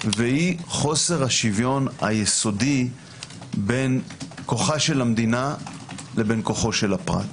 והיא חוסר השוויון היסודי בין כוחה של המדינה לבין כוחו של הפרט.